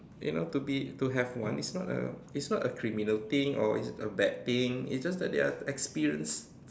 you know to be to have one it's not a it's not a criminal thing or it's a bad thing it's just that they are experienced